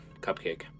Cupcake